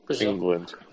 England